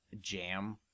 jam